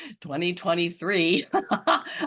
2023